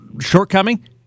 shortcoming